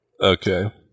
Okay